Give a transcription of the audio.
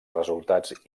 resultats